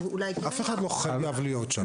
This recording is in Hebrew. אף אחד לא חייב להיות שם.